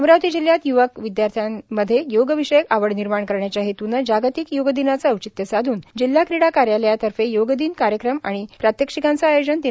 अमरावती जिल्ह्यात य्वक विद्यार्थ्यांत योगविषयक आवड निर्माण करण्याच्या हेतूने जागतिक योग दिनाचे औचित्य साधून जिल्हा क्रीडा कार्यालयातर्फे योगदिन कार्यक्रम आणि प्रात्यक्षिकांचं आयोजन दि